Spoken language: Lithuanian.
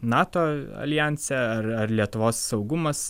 nato aljanse ar ar lietuvos saugumas